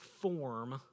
form